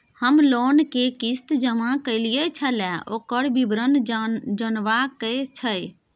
हम लोन के किस्त जमा कैलियै छलौं, ओकर विवरण जनबा के छै?